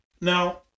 now